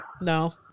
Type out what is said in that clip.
No